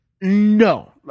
No